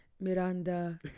Miranda